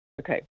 Okay